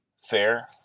fair